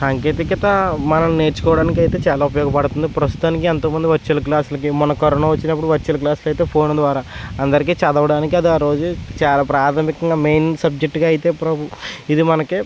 సాంకేతికత మనం నేర్చుకోవడానికి అయితే చాలా ఉపయోగపడుతుంది ప్రస్తుతానికి ఎంతమంది వర్చుయల్ క్లాసులకి మొన్న కరోనా వచ్చినప్పుడు వర్చుయల్ క్లాసులకి అయితే ఫోన్ ద్వారా అందరికీ చదవడానికి అది ఆరోజు ప్రాథమికంగా మెయిన్ సబ్జెక్టుగా అయితే ప్రభు ఇది మనకి